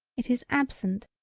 it is absent,